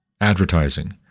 advertising